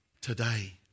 today